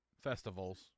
festivals